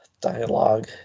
Dialogue